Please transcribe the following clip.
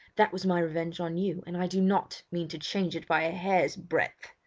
that was my revenge on you, and i do not mean to change it by a hair's breadth.